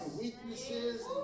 weaknesses